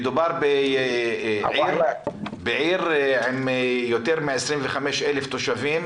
מדובר בעיר עם יותר מ-25,000 תושבים,